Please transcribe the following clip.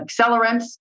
Accelerants